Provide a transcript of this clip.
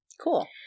Cool